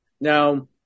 Now